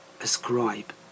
ascribe